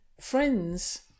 friends